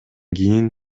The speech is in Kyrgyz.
кийин